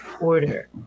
order